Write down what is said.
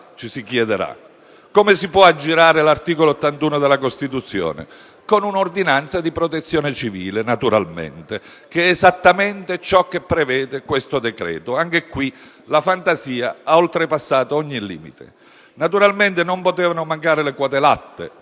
Come si può aggirare l'articolo 81 della Costituzione? Con un'ordinanza di protezione civile, naturalmente, che è esattamente ciò che prevede questo decreto. Anche in questo caso la fantasia ha oltrepassato ogni limite. Naturalmente, non potevano mancare le quote latte.